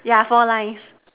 yeah four lines